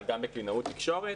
אבל גם בקלינאות תקשורת.